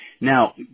Now